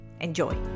Enjoy